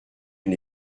une